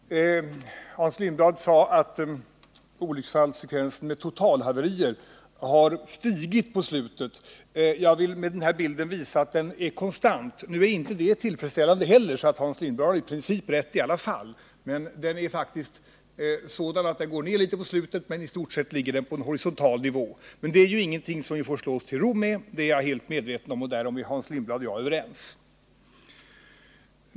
Herr talman! Hans Lindblad sade att olycksfallsfrekvensen för totalhaverier har stigit. Jag vill med det diagrammet som nu återges på bildskärmen visa att den är konstant. Nr 156 Nu är inte det tillfredsställande heller, så Hans Lindblad har i princip rätt. Lördagen den Olycksfallsfrekvensen går ned litet på slutet, men i stort sett ligger den på en 26 maj 1979 horisontal nivå. Men det är ju ingenting som vi får slå oss till ro med — det är jag helt medveten om, och där är Hans Lindblad och jag överens.